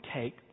take